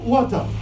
Water